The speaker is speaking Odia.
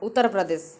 ଉତ୍ତରପ୍ରଦେଶ